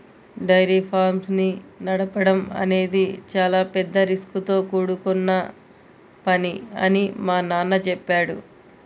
dairy farms ని నడపడం అనేది చాలా పెద్ద రిస్కుతో కూడుకొన్న పని అని మా నాన్న చెప్పాడు